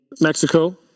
Mexico